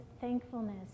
thankfulness